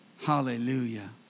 Hallelujah